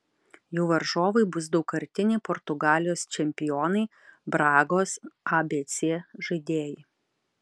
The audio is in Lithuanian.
jų varžovai bus daugkartiniai portugalijos čempionai bragos abc žaidėjai